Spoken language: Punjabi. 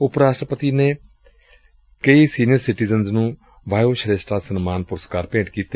ਉਹ ਰਾਸ਼ਟਰਪਤੀ ਨੇ ਕਈ ਸੀਨੀਅਰ ਸਿਟੀਜ਼ਨਜ਼ ਨੂੰ ਵਾਯੋਸ਼ਰੇਸ਼ਟਾ ਸਨਮਾਨ ਪੁਰਸਕਾਰ ਭੇਟ ਕੀਤੇ